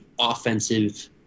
offensive